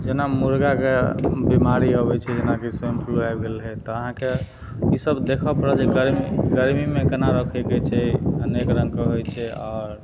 जेना मुर्गाके बीमारी अबय छै जेनाकि स्वाइन फ्लू आबि गेल रहय तऽ अहाँके ई सब देखऽ पड़त जे गर्मी गर्मीमे केना रखयके छै अनेक रङ्गके होइ छै आओर